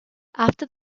after